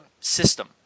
system